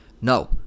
No